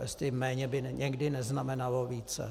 Jestli méně by někdy neznamenalo více.